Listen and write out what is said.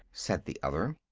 said the other.